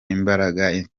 imbaraga